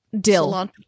Dill